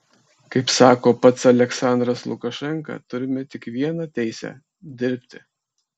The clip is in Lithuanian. kaip sako pats aliaksandras lukašenka turime tik vieną teisę dirbti